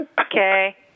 Okay